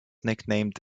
nicknamed